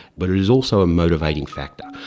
but it is also a motivating factor.